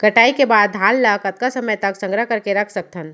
कटाई के बाद धान ला कतका समय तक संग्रह करके रख सकथन?